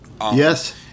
Yes